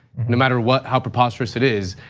no matter what, how preposterous it is,